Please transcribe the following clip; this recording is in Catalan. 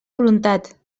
voluntat